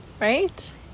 right